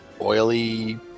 Oily